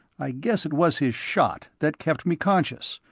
i guess it was his shot that kept me conscious.